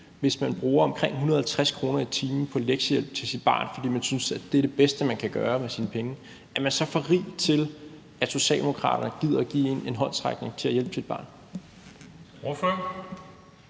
hvis man bruger omkring 150 kr. i timen på lektiehjælp til sit barn, fordi man synes, at det er det bedste, man kan gøre med sine penge? Er man så for rig til, at Socialdemokraterne gider give en en håndsrækning til at hjælpe sit barn?